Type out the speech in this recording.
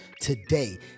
today